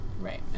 right